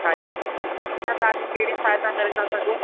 तव्हांजी असां तव्हांजी कहिड़ी सहायता करे था सघूं